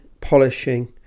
polishing